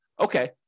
okay